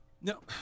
no